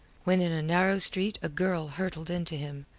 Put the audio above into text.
when in a narrow street a girl hurtled into him,